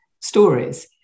stories